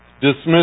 dismiss